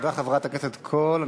תודה, חברת הכנסת קול.